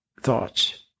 thoughts